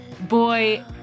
Boy